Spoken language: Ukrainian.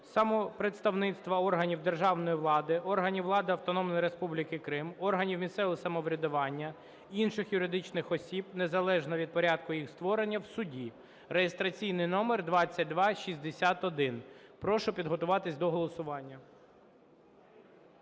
самопредставництва органів державної влади, органів влади Автономної Республіки Крим, органів місцевого самоврядування, інших юридичних осіб незалежно від порядку їх створення в суді (реєстраційний номер 2261). Прошу підготуватись до голосування.